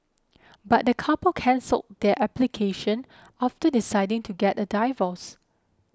but the couple cancelled their application after deciding to get a divorce